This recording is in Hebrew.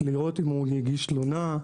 לראות אם הוא הגיש תלונה.